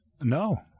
No